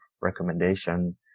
recommendation